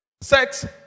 Sex